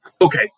Okay